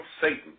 Satan